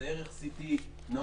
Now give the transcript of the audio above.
זה ערך CT נמוך,